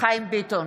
חיים ביטון,